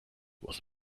was